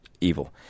evil